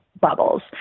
bubbles